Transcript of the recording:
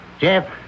Jeff